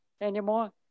anymore